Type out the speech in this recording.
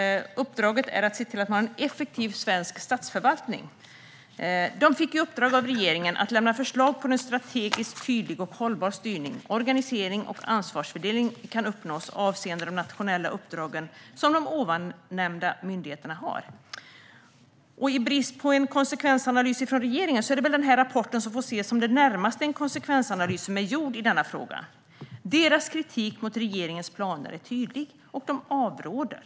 Uppdraget är att se till att vi har en effektiv svensk statsförvaltning. De fick i uppdrag av regeringen att lämna förslag på hur strategisk, tydlig och hållbar styrning, organisering och ansvarsfördelning kan uppnås avseende de nationella uppdragen som de ovan nämnda myndigheterna har. I brist på en konsekvensanalys från regeringen får väl den här rapporten ses som det närmaste en konsekvensanalys i denna fråga. Kritiken i rapporten mot regeringens planer är tydlig. Man avråder.